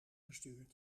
gestuurd